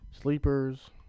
Sleepers